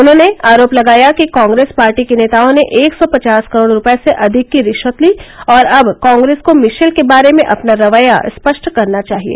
उन्होंने आरोप लगाया कि कांग्रेस पार्टी के नेताओं ने एक सौ पचास करोड़ रूपए से अधिक की रिश्वत ली और अब कांग्रेस को मिशेल के बारे में अपना खेया स्पष्ट करना चाहिए